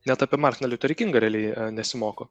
net apie martiną liuterį kingą realiai nesimoko